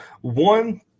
one